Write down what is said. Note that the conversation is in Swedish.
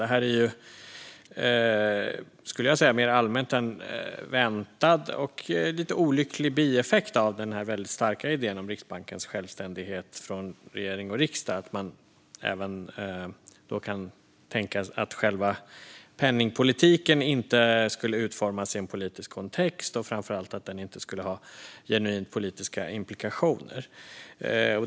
Det här är mer allmänt en väntad och lite olycklig bieffekt av den starka idén om Riksbankens självständighet från regering och riksdag. Själva penningpolitiken skulle inte utformas i en politisk kontext. Framför allt skulle den inte ha genuint politiska implikationer.